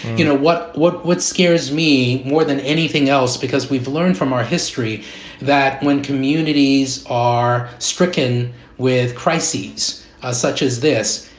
you know what? what what scares me more than anything else, because we've learned from our history that when communities are stricken with crises ah such as this,